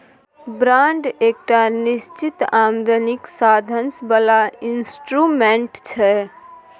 bond एकटा निश्चित आमदनीक साधंश बला इंस्ट्रूमेंट छै